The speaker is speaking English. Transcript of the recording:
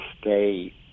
stay